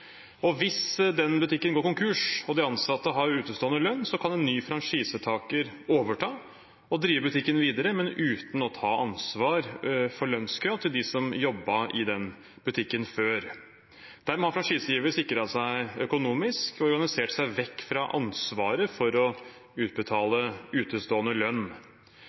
Og hvis den butikken går konkurs og de ansatte har utestående lønn, kan en ny franchisetaker overta og drive butikken videre, men uten å ta ansvar for lønnskrav fra dem som jobbet i den butikken før. Dermed har franchisegiver sikret seg økonomisk og organisert seg vekk fra ansvaret for å utbetale utestående lønn.